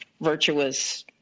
virtuous